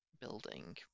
building